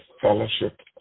fellowship